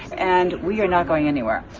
and we are not going anywhere.